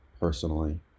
personally